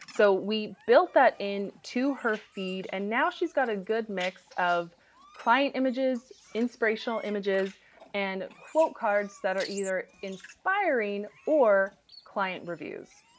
so we built that in to her feed and now she's got a good mix of client images, inspirational images and quote cards that are either inspiring or client reviews.